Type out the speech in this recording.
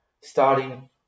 Starting